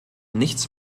nichts